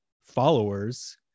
followers